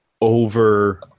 over